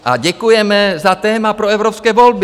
A děkujeme za téma pro evropské volby!